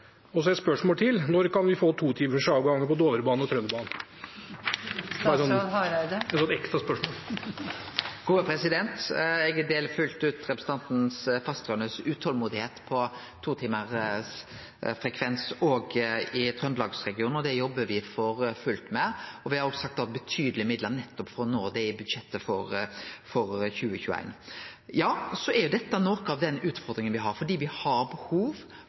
Og et spørsmål til: Når kan vi få totimersavganger på Dovrebanen og Trønderbanen? Det var et ekstra spørsmål. Eg deler fullt ut representanten Fasteraune sitt utolmod etter totimarsfrekvens òg i Trøndelags-regionen, og det jobbar me for fullt med. Me har òg sett av betydeleg med midlar nettopp for å nå det i budsjettet for 2021. Ja, dette er noko av den utfordringa me har. Me har behov